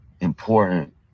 important